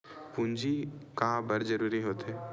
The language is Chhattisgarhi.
पूंजी का बार जरूरी हो थे?